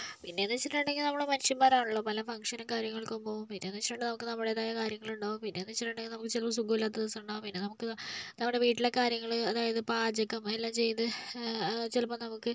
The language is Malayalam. പിന്നേയെന്നു വെച്ചിട്ടുണ്ടെങ്കിൽ നമ്മൾ മനുഷ്യന്മാരാണല്ലോ പല ഫങ്ങ്ഷനും കാര്യങ്ങൾക്കും പോകും പിന്നേയെന്ന് വെച്ചിട്ടുണ്ടെകിൽ നമുക്ക് നമ്മുടേതായ കാര്യങ്ങളുണ്ടാകും പിന്നേയെന്ന് വെച്ചിട്ടുണ്ടെകിൽ നമുക്ക് ചിലപ്പോൾ സുഖമില്ലാത്ത ദിവസമുണ്ടാകും പിന്നെ നമുക്ക് നമ്മുടെ വീട്ടിലെ കാര്യങ്ങൾ അതായത് പാചകം എല്ലാം ചെയ്ത് ചിലപ്പോൾ നമുക്ക്